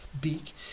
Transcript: beak